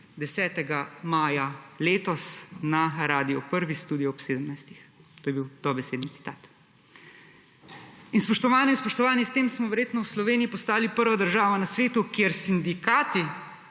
10. maja letos na Radio 1, Studio ob 17.00, to je bil dobesedni citat. Spoštovane in spoštovani, s tem smo verjetno v Sloveniji postali prva država na svetu, kjer sindikati,